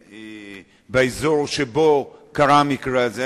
באזור שבו קרה המקרה הזה,